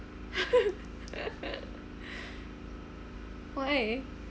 why